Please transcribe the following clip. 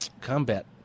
combat